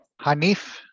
hanif